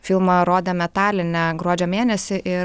filmą rodėme taline gruodžio mėnesį ir